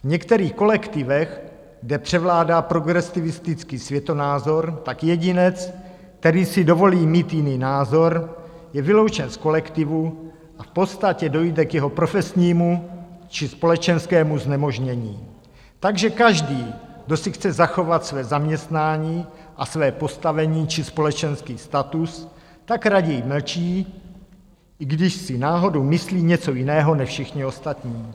V některých kolektivech, kde převládá progresivistický světonázor, tak jedinec, který si dovolí mít jiný názor, je vyloučen z kolektivu, v podstatě dojde k jeho profesnímu či společenskému znemožnění, takže každý, kdo si chce zachovat své zaměstnání a své postavení či společenský status, tak raději mlčí, i když si náhodou myslí něco jiného než všichni ostatní.